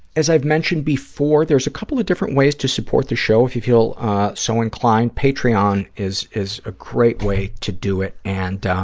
as i've mentioned before, there's a couple of different ways to support the show, if you feel so inclined. patreon is is a great way to do it, and